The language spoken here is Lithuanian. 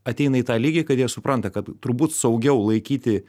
ateina į tą lygį kad jie supranta kad turbūt saugiau laikyti